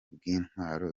bw’intwaro